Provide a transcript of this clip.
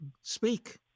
Speak